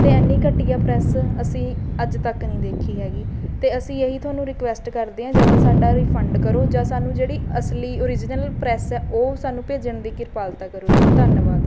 ਅਤੇ ਇੰਨੀ ਘਟੀਆ ਪ੍ਰੈੱਸ ਅਸੀਂ ਅੱਜ ਤੱਕ ਨਹੀਂ ਦੇਖੀ ਹੈਗੀ ਅਤੇ ਅਸੀਂ ਇਹ ਹੀ ਤੁਹਾਨੂੰ ਰੀਕੁਐਸਟ ਕਰਦੇ ਹਾਂ ਜਾਂ ਤਾਂ ਸਾਡਾ ਰੀਫੰਡ ਕਰੋ ਜਾਂ ਸਾਨੂੰ ਜਿਹੜੀ ਅਸਲੀ ਓਰੀਜਨਲ ਪ੍ਰੈੱਸ ਹੈ ਉਹ ਸਾਨੂੰ ਭੇਜਣ ਦੀ ਕ੍ਰਿਪਾਲਤਾ ਕਰੋ ਜੀ ਧੰਨਵਾਦ